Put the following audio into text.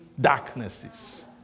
darknesses